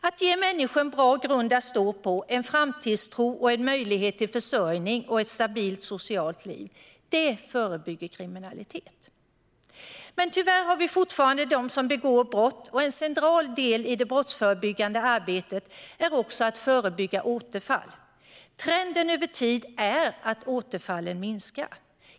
Att ge människor en bra grund att stå på, en framtidstro och en möjlighet till försörjning och ett stabilt socialt liv - det förebygger kriminalitet. Men tyvärr har vi fortfarande dem som begår brott, och en central del i det brottsförebyggande arbetet är också att förebygga återfall. Trenden över tid är att återfallen minskar.